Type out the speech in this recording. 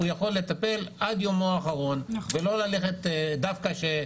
הוא יכול לטפל עד יומו האחרון ולא ללכת דווקא כשצריך,